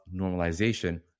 normalization